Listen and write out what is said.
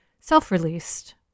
self-released